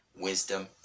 wisdom